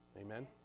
Amen